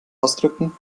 ausdrücken